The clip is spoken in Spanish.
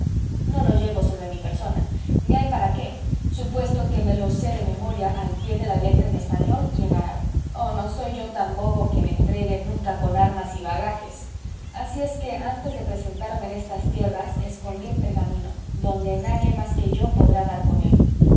no lo llevo sobre mi persona ni hay para qué supuesto que me lo sé de memoria al pie de la letra en español y en árabe oh no soy yo tan bobo que me entregue nunca con armas y bagajes así es que antes de presentarme en estas tierras escondí el pergamino donde nadie más que yo podrá dar con él